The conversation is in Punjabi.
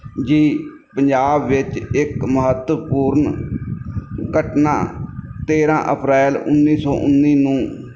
ਜੀ ਪੰਜਾਬ ਵਿੱਚ ਇੱਕ ਮਹੱਤਵਪੂਰਨ ਘਟਨਾ ਤੇਰ੍ਹਾਂ ਅਪ੍ਰੈਲ ਉੱਨੀ ਸੌ ਉੱਨੀ ਨੂੰ